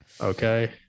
Okay